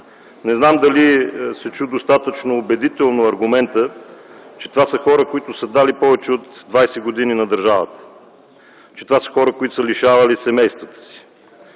Не знам дали се чу достатъчно убедително аргументът, че това са хора, които са дали повече от 20 години на държавата, че това са хора, които са лишавали семействата си,